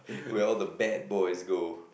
where all the bad boys go